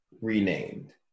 renamed